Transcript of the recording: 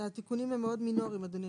התיקונים הם מאוד מינוריים, אדוני,